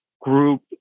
group